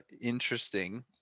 interesting